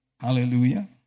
Hallelujah